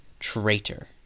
traitor